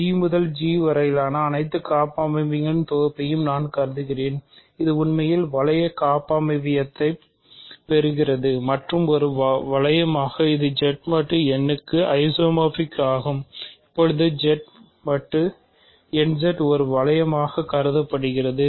G முதல் G வரையிலான அனைத்து காப்பமைவியங்களின் தொகுப்பையும் நான் கருதுகிறேன் இது உண்மையில் வளைய கட்டமைப்பைப் பெறுகிறது மற்றும் ஒரு வளையமாக இது Z மட்டு n க்கு ஐசோமார்பிக் ஆகும் இப்போது Z mod n Z ஒரு வளையமாக கருதப்படுகிறது